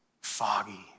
foggy